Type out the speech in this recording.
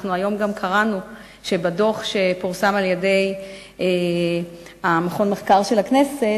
אנחנו קראנו היום שבדוח שפורסם על-ידי מרכז המחקר והמידע של הכנסת,